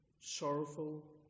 Sorrowful